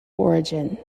origin